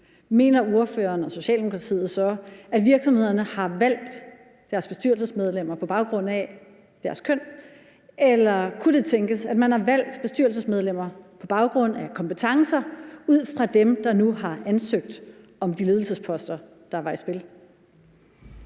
mener ordføreren og Socialdemokratiet så, at virksomhederne har valgt deres bestyrelsesmedlemmer på baggrund af deres køn, eller kunne det tænkes, at man har valgt bestyrelsesmedlemmer på baggrund af kompetencer ud fra dem, der nu har ansøgt om de ledelsesposter, der var i spil?